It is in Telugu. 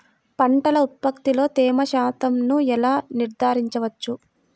పంటల ఉత్పత్తిలో తేమ శాతంను ఎలా నిర్ధారించవచ్చు?